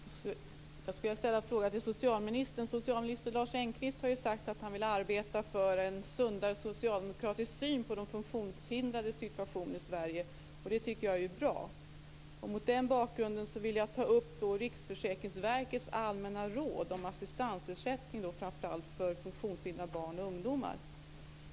Fru talman! Jag skulle vilja ställa en fråga till socialministern. Socialminister Lars Engqvist har ju sagt att han vill arbeta för en sundare socialdemokratisk syn på de funktionshindrades situation i Sverige, och det tycker jag är bra. Mot den bakgrunden vill jag ta upp Riksförsäkringsverkets allmänna råd om assistansersättning framför allt för funktionshindrade barn och ungdomar.